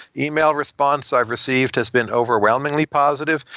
email response i've received has been overwhelmingly positive.